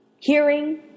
Hearing